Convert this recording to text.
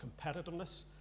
competitiveness